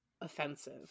offensive